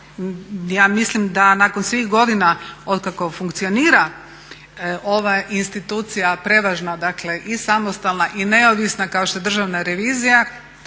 ja mislim da nakon svih godina otkako funkcionira ova institucija prevažna, samostalna i neovisna kao što je Državna revizija